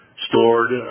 stored